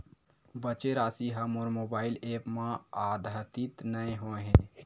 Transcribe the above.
बचे राशि हा मोर मोबाइल ऐप मा आद्यतित नै होए हे